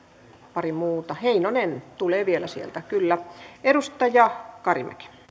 pari muuta heinonen tulee vielä sieltä edustaja kari